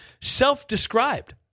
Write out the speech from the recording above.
self-described